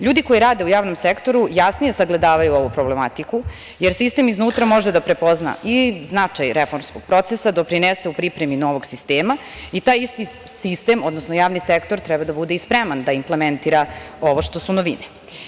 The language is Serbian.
Ljudi koji rade u javnom sektoru jasnije sagledavaju ovu problematiku, jer sistem iznutra može da prepozna i značaj reformskog procesa, doprinese u pripremi novog sistema i taj isti sistem, odnosno javni sektor treba da bude i spreman da implementira ovo što su novine.